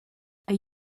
are